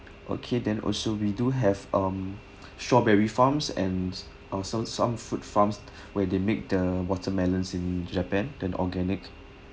okay then also we do have um strawberry farms and also some fruit farms where they make the watermelons in japan than organic